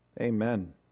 Amen